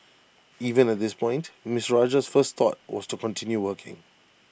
even at this point Ms Rajah's first thought was to continue working